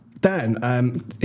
Dan